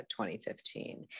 2015